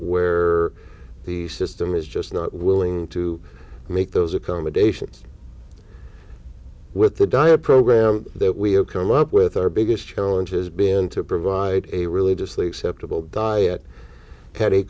where the system is just not willing to make those accommodations with the diet program that we have come up with our biggest challenge has been to provide a religiously acceptable diet